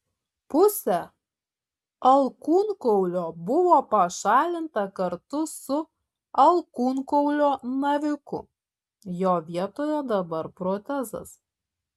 pusė alkūnkaulio buvo pašalinta kartu su alkūnkaulio naviku jo vietoje dabar protezas